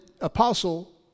apostle